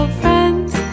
friends